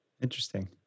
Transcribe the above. Interesting